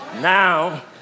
Now